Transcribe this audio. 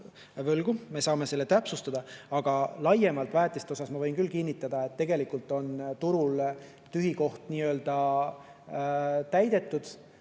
me saame seda täpsustada. Aga laiemalt väetiste puhul ma võin küll kinnitada, et tegelikult on turul tühi koht täidetud.